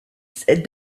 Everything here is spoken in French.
fils